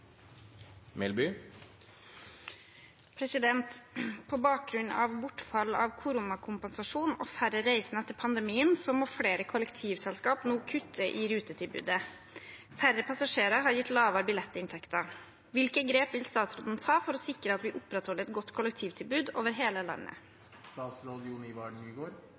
har, på best mulig måte. «På bakgrunn av bortfall av koronakompensasjon og færre reisende etter pandemien må flere kollektivselskap nå kutte i rutetilbudet. Færre passasjerer har gitt lavere billettinntekter. Hvilke grep vil statsråden ta for å sikre at vi opprettholder et godt kollektivtilbud over hele landet?»